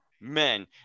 men